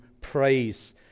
praise